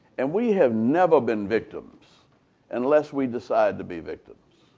and we have never been victims unless we decide to be victims.